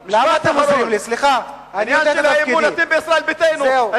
הקיצוני, כדי